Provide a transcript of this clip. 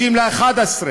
30 בנובמבר,